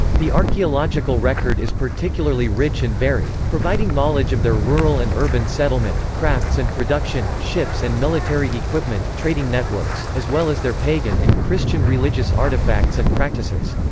the archaeological record is particularly rich and varied, providing knowledge of their rural and urban settlement, crafts and production, ships and military equipment, trading networks, as well as their pagan and christian religious artefacts and practices.